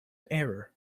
error